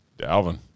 Dalvin